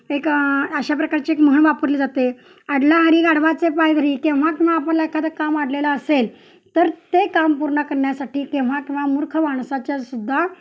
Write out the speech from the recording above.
एक अशा प्रकारची एक म्हण वापरली जाते अडला हरी गाढवाचे पाय धरी केव्हा केव्हा आपलं एखादं काम अडलेलं असेल तर ते काम पूर्ण करण्यासाठी केव्हा केव्हा मूर्ख माणसाच्या सुद्धा